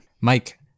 Mike